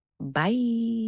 Bye